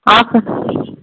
of